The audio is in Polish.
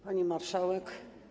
Pani Marszałek!